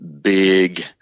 big